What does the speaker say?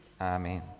Amen